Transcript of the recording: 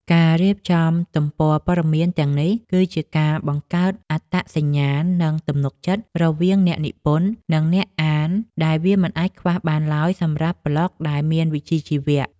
ការរៀបចំទំព័រព័ត៌មានទាំងនេះ គឺជាការបង្កើត អត្តសញ្ញាណ និង ទំនុកចិត្ត រវាងអ្នកនិពន្ធ និងអ្នកអាន ដែលវាមិនអាចខ្វះបានឡើយសម្រាប់ប្លក់ដែលមានវិជ្ជាជីវៈ។